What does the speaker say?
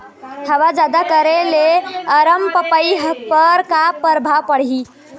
हवा जादा करे ले अरमपपई पर का परभाव पड़िही?